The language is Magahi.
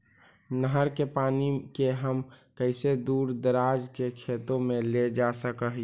नहर के पानी के हम कैसे दुर दराज के खेतों में ले जा सक हिय?